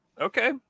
okay